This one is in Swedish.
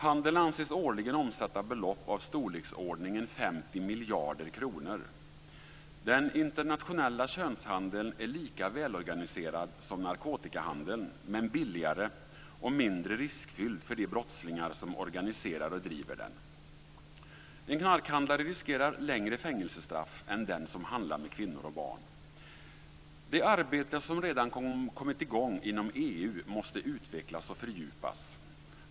Handeln anses årligen omsätta belopp av storleksordningen 50 miljarder kronor. Den internationella könshandeln är lika välorganiserad som narkotikahandeln, men billigare och mindre riskfylld för de brottslingar som organiserar och driver den. En knarkhandlare riskerar längre fängelsestraff än den som handlar med kvinnor och barn. Det arbete som redan kommit i gång inom EU måste utvecklas och fördjupas.